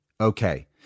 Okay